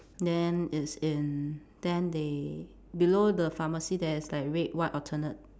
then it's in then they below the pharmacy there's like red white alternate